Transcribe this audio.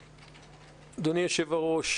אדוני היושב הראש,